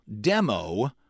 demo